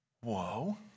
Whoa